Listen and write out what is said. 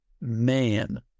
man